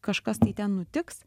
kažkas tai ten nutiks